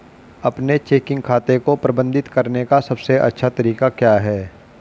अपने चेकिंग खाते को प्रबंधित करने का सबसे अच्छा तरीका क्या है?